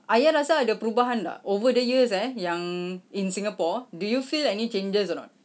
ayah rasa yang ada perubahan tak over the years eh yang in singapore do you feel any changes or not